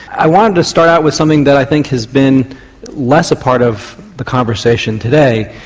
i wanted to start out with something that i think has been less a part of the conversation today,